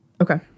okay